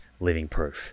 livingproof